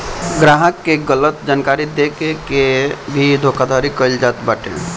ग्राहक के गलत जानकारी देके के भी धोखाधड़ी कईल जात बाटे